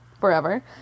forever